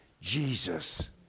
Jesus